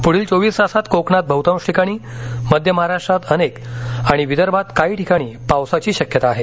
पुढील चोवीस तासात कोकणात बहुतांश ठिकाणी मध्य महाराष्ट्रात अनेक तर आणि विदर्भात काही ठिकाणी पावसाची शक्यता आहे